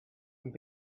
and